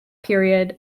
period